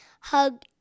hug